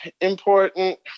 important